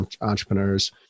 entrepreneurs